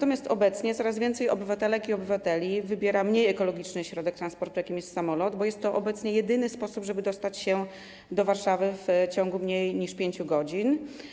Obecnie coraz więcej obywatelek i obywateli wybiera mniej ekologiczny środek transportu, jakim jest samolot, bo to jedyny sposób, żeby dostać się do Warszawy w ciągu mniej niż 5 godzin.